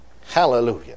Hallelujah